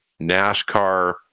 NASCAR